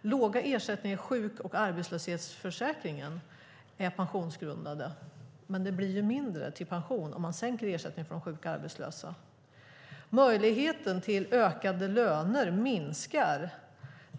Låga ersättningar i sjukförsäkringen och i arbetslöshetsförsäkringen är pensionsgrundande. Men det blir mindre till pension om man sänker ersättningen för de sjuka och arbetslösa. Möjligheten till ökade löner minskar.